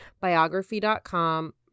biography.com